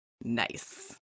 Nice